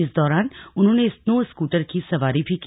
इस दौरान उन्होंने स्नो स्कूटर की सवारी भी की